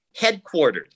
headquartered